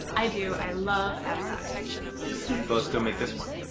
i do, i love avocados. so lets go make this one.